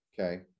okay